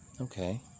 Okay